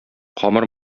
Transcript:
камыр